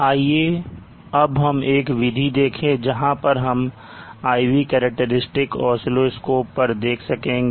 आइए अब हम एक विधि देखें जहां पर हम IV करैक्टेरिस्टिक्स oscilloscope पर देख सकेंगे